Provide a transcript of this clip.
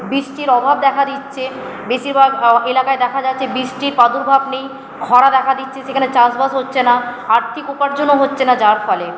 বৃষ্টির অভাব দেখা দিচ্ছে বেশিরভাগ এলাকায় দেখা যাচ্ছে বৃষ্টির প্রাদুর্ভাব নেই খরা দেখা দিচ্ছে সেখানে চাষবাস হচ্ছে না আর্থিক উপার্জনও হচ্ছে না যার ফলে